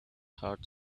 heart